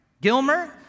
Gilmer